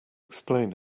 explain